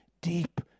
deep